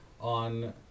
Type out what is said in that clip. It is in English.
on